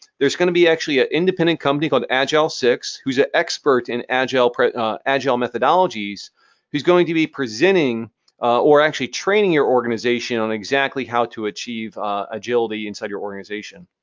there's going to be actually an ah independent company called agile six who's an expert in agile agile methodologies who's going to be presenting or actually training your organization on exactly how to achieve agility inside your organization.